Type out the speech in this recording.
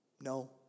No